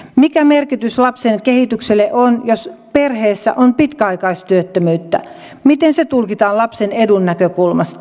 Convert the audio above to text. mikä merkitys lapsen kehitykselle on jos perheessä on pitkäaikaistyöttömyyttä miten se tulkitaan lapsen edun näkökulmasta